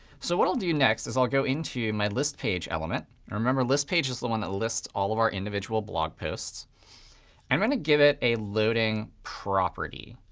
so what i'll do next is i'll go into my list page element. remember, list page is the one that lists all of our individual blog posts. and i'm going to give it a loading property.